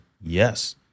yes